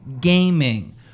Gaming